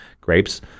grapes